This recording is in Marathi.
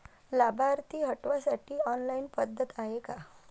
लाभार्थी हटवासाठी ऑनलाईन पद्धत हाय का?